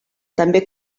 també